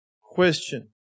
question